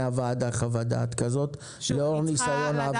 הוועדה חוות דעת כזאת לאור ניסיון העבר.